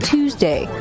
Tuesday